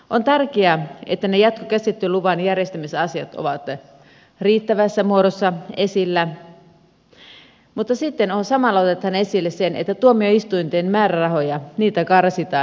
on tärkeää että ne jatkokäsittelyluvan järjestämisasiat ovat riittävässä muodossa esillä mutta sitten samalla otan esille sen että tuomioistuinten määrärahoja karsitaan